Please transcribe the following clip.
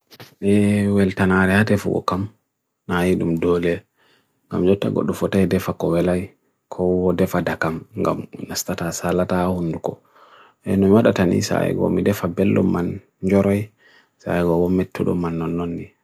ʀʀe weltan Āreate fuwokam ʀiyidum ʀdi ʀmalit ʀgodufotai defa kawelai kawo defa dakam ʀgam nastata ʀsālata ʀhunuko ʀnumad atan ʀhizay go ʀmi defa beloman ʀjorai ʀhizay go ʀmetsudoman ʀununni